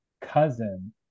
cousin